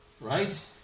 Right